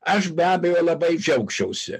aš be abejo labai džiaugčiausi